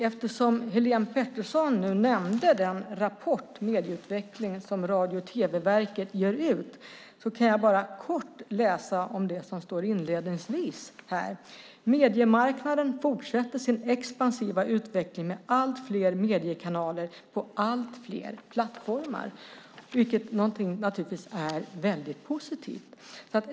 Eftersom Helene Petersson nämnde den rapport, Medieutveckling , som Radio och tv-verket ger ut kan jag kort nämna det som står inledningsvis: "Mediemarknaden fortsätter sin expansiva utveckling med allt fler mediekanaler på allt fler plattformar." Det är naturligtvis positivt.